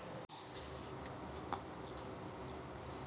मी माझ्या कांद्यांच्या विक्रीची किंमत किती ठरवू शकतो?